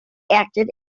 acted